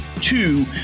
two